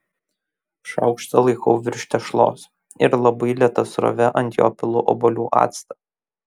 šaukštą laikau virš tešlos ir labai lėta srove ant jo pilu obuolių actą